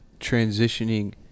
transitioning